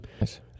Nice